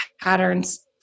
patterns